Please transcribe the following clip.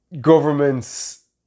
government's